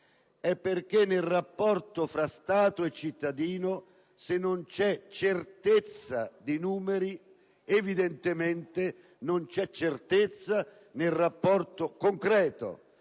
è perché nel rapporto tra Stato e cittadino se non vi è certezza di numeri evidentemente non vi è certezza nel rapporto concreto